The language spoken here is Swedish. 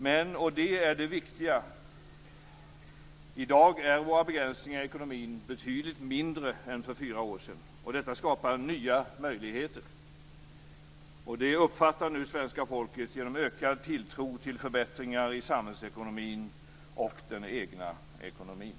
Men i dag är begränsningarna i ekonomin betydligt mindre än för fyra år sedan. Detta skapar nya möjligheter. Det uppfattar svenska folket genom ökad tilltro till förbättringar i samhällsekonomin och den egna ekonomin.